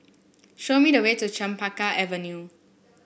show me the way to Chempaka Avenue